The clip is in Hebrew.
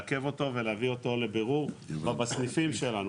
לעכב אותו ולהביא אותו לבירור בסניפים שלנו,